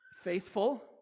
faithful